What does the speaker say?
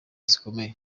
zikomeye